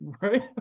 right